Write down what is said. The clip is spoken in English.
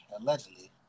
allegedly